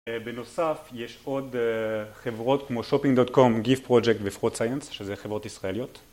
בנוסף, יש עוד חברות כמו shopping.com, giftproject ו-fraud science שזה חברות ישראליות.